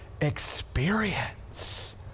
experience